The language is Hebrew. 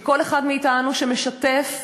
וכל אחד מאתנו שמשתף,